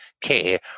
care